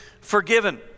forgiven